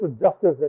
justice